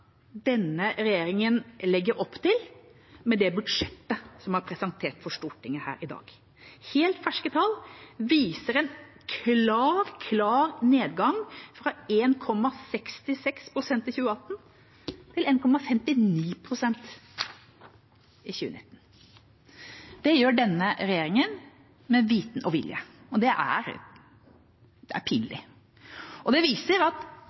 denne regjeringa legger opp til med det budsjettet som er presentert for Stortinget her i dag. Helt ferske tall viser en klar nedgang fra 1,66 pst. i 2018 til 1,59 pst. i 2019. Det gjør denne regjeringa med vitende og vilje. Det er pinlig. Det viser at